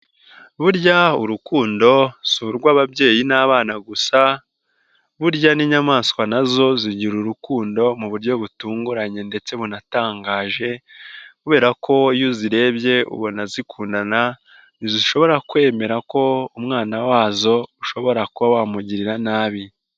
B,urya urukundo si urw'ababyeyi n'abana gusa burya n'inyamaswa nazo zigira urukundo mu buryo butunguranye ndetse bunatangaje kubera ko iyo uzirebye ubona zikundana, ntizishobora kwemera ko umwana wazo ushobora kuba wamugirira nabi.